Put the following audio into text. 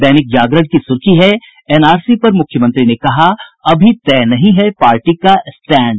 दैनिक जागरण की सुर्खी है एनआरसी पर मुख्यमंत्री ने कहा अभी तय नहीं है पार्टी का स्टैंड